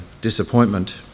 disappointment